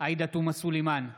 עאידה תומא סלימאן,